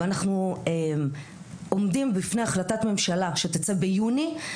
ואנחנו עומדים לפני החלטת ממשלה שתצא ביוני,